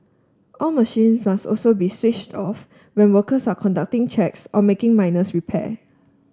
all machine also be switched off when workers are conducting checks or making minors repair